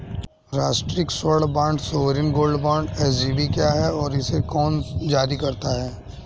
राष्ट्रिक स्वर्ण bond sovereign gold bond SGB क्या है और इसे कौन जारी करता है?